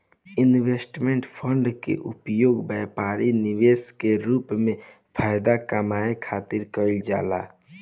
investment fund के उपयोग व्यापारी निवेश के रूप में फायदा कामये खातिर कईल जाला